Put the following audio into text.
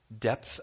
Depth